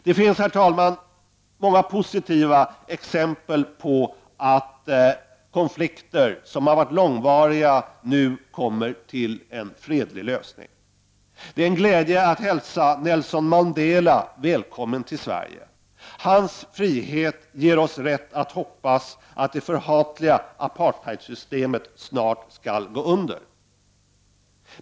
Det finns, herr talman, många positiva exempel på att långvariga konflikter nu får en fredlig lösning. Det är en glädje att hälsa Nelson Mandela välkommen till Sverige. Hans frihet ger oss rätt att hoppas att det förhatliga apartheidsystemet snart skall gå under.